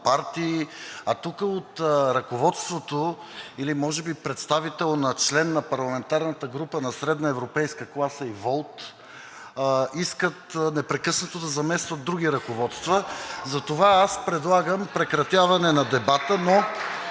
партии, а тук от ръководството или може би представител на член на парламентарната група на „Средноевропейска класа“ и „Волт“ искат непрекъснато да заместват други ръководства, затова предлагам прекратяване на дебата.